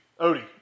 Odie